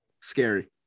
scary